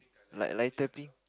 like lighter pink